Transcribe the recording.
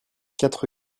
quatre